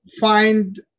find